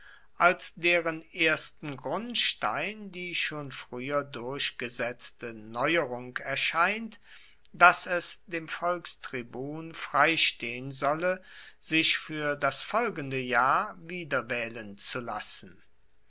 als deren erster grundstein die schon früher durchgesetzte neuerung erscheint daß es dem volkstribun freistehen solle sich für das folgende jahr wiederwählen zulassen